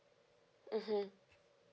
mmhmm